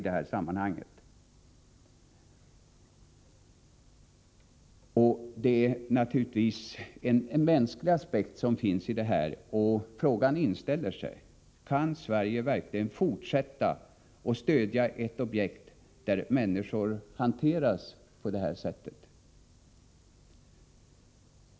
Det finns naturligtvis en mänsklig aspekt i detta, och frågan inställer sig: Kan Sverige verkligen fortsätta att stödja ett objekt där människor hanteras på detta sätt?